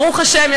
ברוך השם,